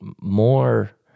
More